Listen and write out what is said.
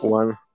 one